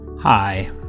Hi